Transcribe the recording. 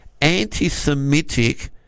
anti-Semitic